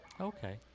Okay